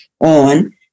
on